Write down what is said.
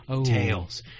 tales